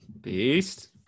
Beast